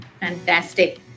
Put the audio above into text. Fantastic